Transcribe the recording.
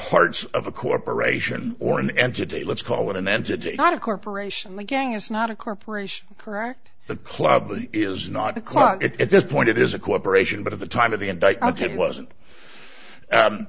parts of a corporation or an entity let's call it an entity not a corporation the gang is not a corporation correct the club is not a club it is point it is a corporation but at the time of the end i can't